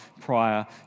prior